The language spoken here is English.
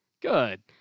Good